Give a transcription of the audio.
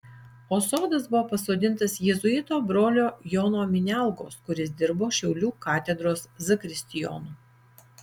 o sodas buvo pasodintas jėzuito brolio jono minialgos kuris dirbo šiaulių katedros zakristijonu